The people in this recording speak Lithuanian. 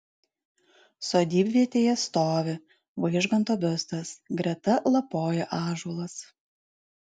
sodybvietėje stovi vaižganto biustas greta lapoja ąžuolas